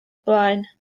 blaen